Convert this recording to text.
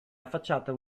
affacciata